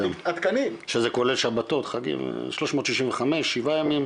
שזה כולל שבתות חגים, 365 שבעה ימים,